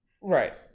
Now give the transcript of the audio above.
Right